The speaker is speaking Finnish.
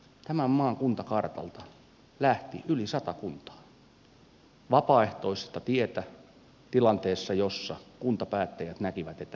tämän maan kuntakartalta lähti yli sata kuntaa vapaaehtoista tietä tilanteessa jossa kuntapäättäjät näkivät että näin pitää tehdä